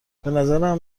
بنظرم